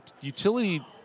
utility